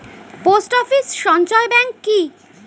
Post office সঞ্চয় bank কি?